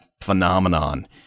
phenomenon